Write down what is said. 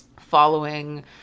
following